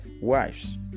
Wives